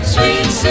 Sweet